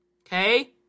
okay